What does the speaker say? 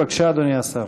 בבקשה, אדוני השר.